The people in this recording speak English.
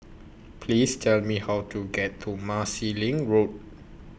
Please Tell Me How to get to Marsiling Road